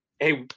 hey